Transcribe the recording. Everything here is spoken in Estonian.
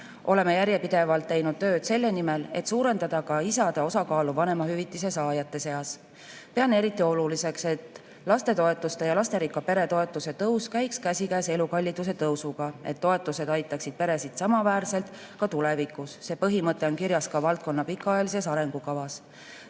Oleme järjepidevalt teinud tööd selle nimel, et suurendada ka isade osakaalu vanemahüvitise saajate seas. Pean eriti oluliseks, et lastetoetuste ja lasterikka pere toetuse tõus käiks käsikäes elukalliduse tõusuga, et toetused aitaksid peresid samaväärselt ka tulevikus. See põhimõte on kirjas ka valdkonna pikaajalises arengukavas. Selleks,